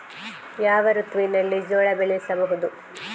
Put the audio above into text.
ಯಾವ ಋತುವಿನಲ್ಲಿ ಜೋಳ ಬೆಳೆಸಬಹುದು?